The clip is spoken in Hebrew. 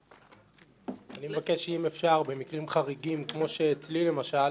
אני מבקש שאם אפשר במקרים חריגים כמו אצלי למשל